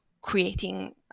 creating